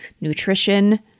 nutrition